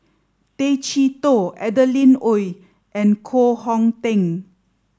Tay Chee Toh Adeline Ooi and Koh Hong Teng